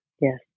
Yes